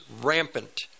rampant